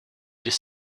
this